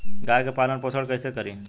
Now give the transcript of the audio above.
गाय के पालन पोषण पोषण कैसे करी?